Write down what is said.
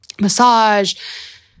massage